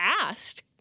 asked